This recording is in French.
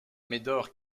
médor